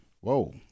Whoa